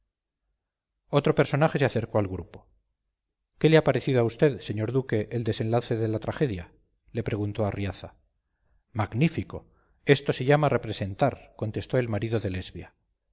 otro personaje se acercó al grupo qué le ha parecido a vd señor duque el desenlace de la tragedia le preguntó arriaza magnífico esto se llama representar contestó el marido de lesbia